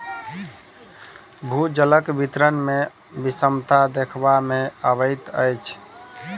भूजलक वितरण मे विषमता देखबा मे अबैत अछि